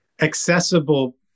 Accessible